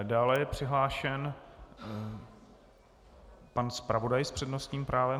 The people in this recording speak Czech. Dále je přihlášen pan zpravodaj s přednostním právem.